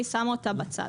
אני שמה אותה בצד.